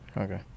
Okay